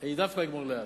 אני דווקא אגמור לאט.